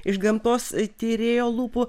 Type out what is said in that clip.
iš gamtos tyrėjo lūpų